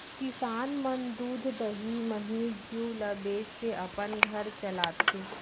किसान मन दूद, दही, मही, घींव ल बेचके अपन घर चलाथें